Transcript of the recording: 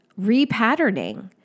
repatterning